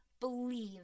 Believe